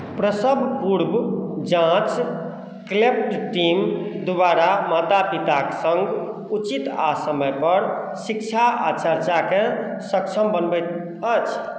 प्रसव पूर्व जाँच क्लेफ्ट टीम द्वारा माता पिताक सङ्ग उचित आ समयपर शिक्षा आ चर्चाकेँ सक्षम बनबैत अछि